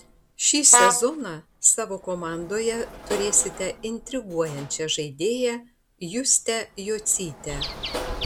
šį sezoną savo komandoje turėsite intriguojančią žaidėją justę jocytę